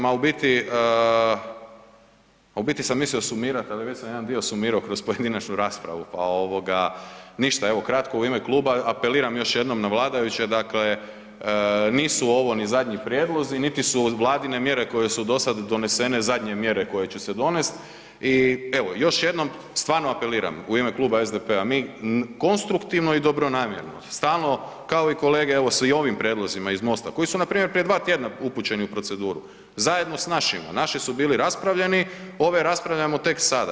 Ma u biti sam mislio sumirat ali već sam jedan dio sumirao kroz pojedinačnu raspravu, pa ništa, evo kratko, u ime kluba apeliram još jednom na vladajuće, dakle nisu ovo ni zadnji prijedlozi niti su Vladine mjere koje su dosad donesene zadnje mjere koje će se donest i evo, još jednom stvarno apeliram u ime kluba SDP-a, mi konstruktivno i dobronamjerno stalno kao i kolege s ovim prijedlozima iz MOST-a koji su npr. prije 2 tj. upućeni u proceduru, zajedno s našima, naši su bili raspravljeni, ove raspravljamo tek sada.